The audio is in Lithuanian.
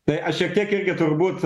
tai aš šiek tiek irgi turbūt